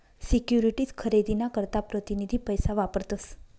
securities खरेदी ना करता प्रतीनिधी पैसा वापरतस